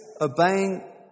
obeying